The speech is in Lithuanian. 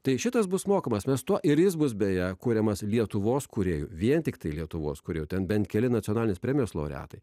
tai šitas bus mokamas mes tuo ir jis bus beje kuriamas lietuvos kūrėjų vien tiktai lietuvos kūrėjų ten bent keli nacionalinės premijos laureatai